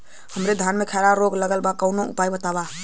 हमरे धान में खैरा रोग लगल बा कवनो उपाय बतावा?